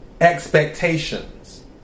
expectations